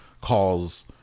calls